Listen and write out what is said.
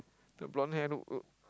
the blonde hair look look